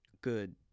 good